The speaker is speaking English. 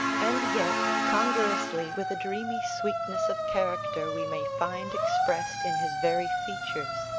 and yet, congruously with a dreamy sweetness of character we may find expressed in his very features,